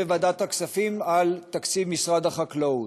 בוועדת הכספים על תקציב משרד החקלאות.